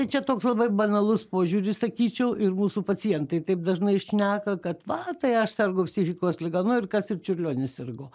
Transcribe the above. čia toks labai banalus požiūris sakyčiau ir mūsų pacientai taip dažnai šneka kad va tai aš sergu psichikos liga nu ir kas ir čiurlionis sirgo